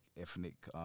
ethnic